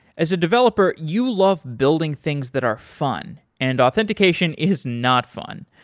as a developer, you love building things that are fun and authentication is not fun.